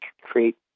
create